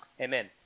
Amen